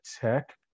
Tech